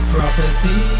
Prophecy